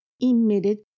emitted